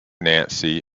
nancy